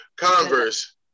Converse